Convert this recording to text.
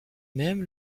même